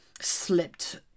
slipped